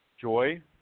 Joy